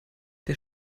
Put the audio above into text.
der